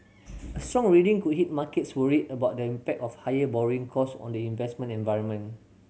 a strong reading could hit markets worried about the impact of higher borrowing cost on the investment environment